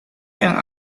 yang